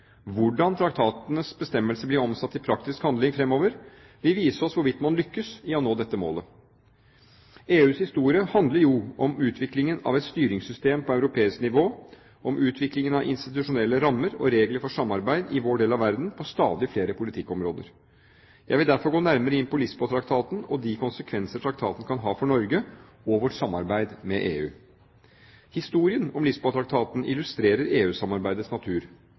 Hvordan traktatens bestemmelser blir omsatt i praktisk handling fremover, vil vise oss hvorvidt man lykkes i å nå dette målet. EUs historie handler om utviklingen av et styringssystem på europeisk nivå, om utviklingen av institusjonelle rammer og regler for samarbeid i vår del av verden på stadig flere politikkområder. Jeg vil derfor gå nærmere inn på Lisboa-traktaten og de konsekvenser traktaten kan ha for Norge og vårt samarbeid med EU. Historien om Lisboa-traktaten illustrerer EU-samarbeidets natur.